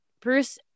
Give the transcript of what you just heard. Bruce